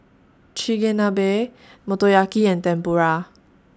Chigenabe Motoyaki and Tempura